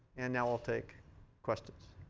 and now, i'll take questions.